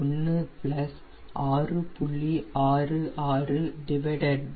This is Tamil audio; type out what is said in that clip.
66 4